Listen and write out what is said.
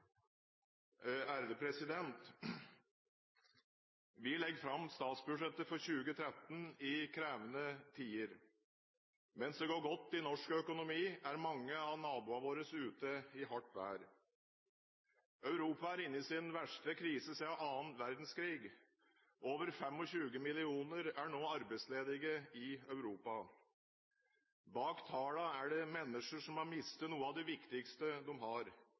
ta sete. Vi legger fram statsbudsjettet for 2013 i krevende tider. Mens det går godt i norsk økonomi, er mange av naboene våre ute i hardt vær. Europa er inne i sin verste krise siden annen verdenskrig. Over 25 millioner er nå arbeidsledige i Europa. Bak tallene er det mennesker som har mistet noe av det viktigste de har